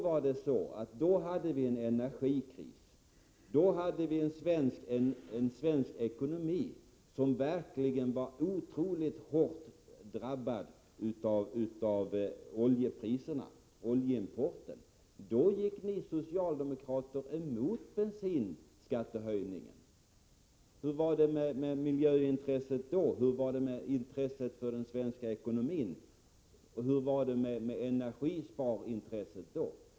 Vid den tidpunkten hade vi en energikris och en svensk ekonomi som var otroligt hårt drabbad av oljepriserna. Ni socialdemokrater gick då emot bensinskattehöjningen. Hur var det då med miljöintresset och intresset för den svenska ekonomin? Hur var det med energisparintresset?